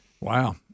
wow